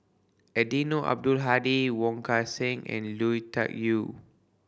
Eddino Abdul Hadi Wong Kan Seng and Lui Tuck Yew